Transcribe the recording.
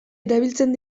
erabiltzen